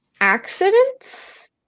accidents